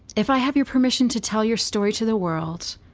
if i have your permission to tell your story to the world,